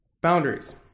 Boundaries